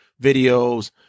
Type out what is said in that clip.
Videos